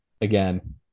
again